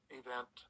event